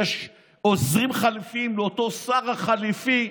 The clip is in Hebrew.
יש עוזרים חליפיים, לאותו שר החליפי.